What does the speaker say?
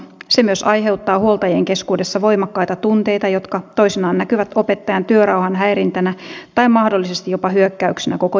se myös aiheuttaa huoltajien keskuudessa voimakkaita tunteita jotka toisinaan näkyvät opettajan työrauhan häirintänä tai mahdollisesti jopa hyökkäyksenä koko järjestelmää vastaan